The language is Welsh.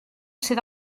sydd